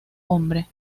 hombre